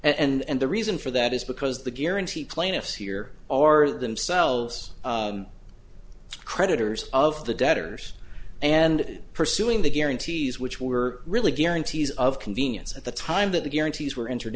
q and the reason for that is because the guarantee plaintiffs here are themselves creditors of the debtors and pursuing the guarantees which were really guarantees of convenience at the time that the guarantees were entered